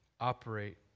operate